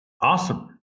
Awesome